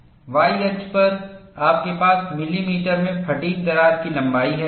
Y अक्ष पर आपके पास मिलीमीटर में फ़ैटिग् दरार की लंबाई है